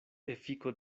efiko